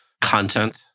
content